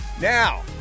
Now